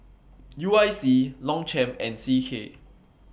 U I C Longchamp and C K